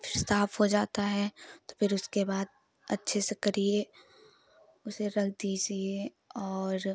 फिर साफ हो जाता है तो फिर उसके बाद अच्छे से करिए उसे रख दीज़िए और